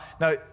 now